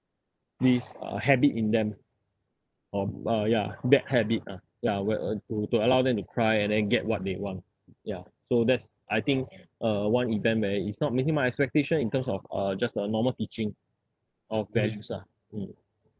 this uh habit in them or uh ya bad habit ah ya where to allow them to cry and get what they want ya so that's I think uh one event where it's not meeting my expectation in terms of uh just like a normal teaching of values lah